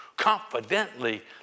Confidently